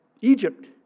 Egypt